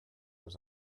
was